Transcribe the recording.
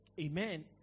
Amen